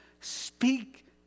speak